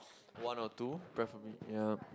one or two preferably for me ya